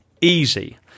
easy